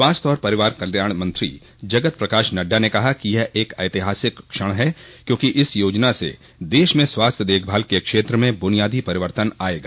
स्वास्थ्य और परिवार कल्याण मंत्री जगत प्रकाश नड्डा ने कहा कि यह एक ऐतिहासिक क्षण है क्योंकि इस योजना से देश में स्वास्थ्य देखभाल के क्षेत्र में बुनियादी परिवर्तन आएगा